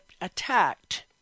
attacked